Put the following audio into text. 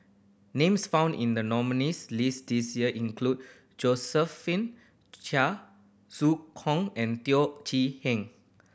names found in the nominees' list this year include Josephine Chia Zhu Kong and Teo Chee Hean